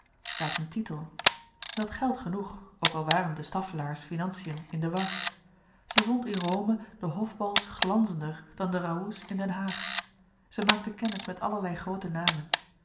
zielen een titel zij had geld genoeg ook al waren de staffelaers financiën in de war zij vond in rome de hofbals glanzender dan de raoûts in den haag zij maakte kennis met allerlei groote namen